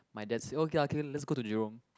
my dad say oh okay K let's go to Jurong